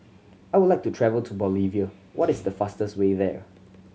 I would like to travel to Bolivia what is the fastest way there